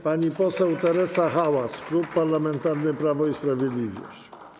Pani poseł Teresa Hałas, Klub Parlamentarny Prawo i Sprawiedliwość.